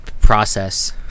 process